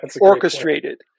orchestrated